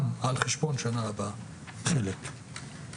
היום לא,